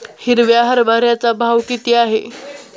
हिरव्या हरभऱ्याचा भाव किती आहे?